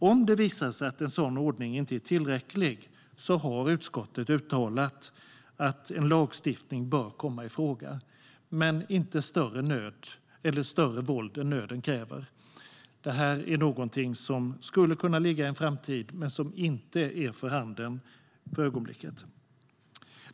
Om det visar sig att en sådan ordning inte är tillräcklig har dock utskottet uttalat att en lagstiftning bör komma i fråga, men inte med mer våld än nöden kräver. Detta är någonting som skulle kunna ligga i en framtid men inte är för handen för ögonblicket.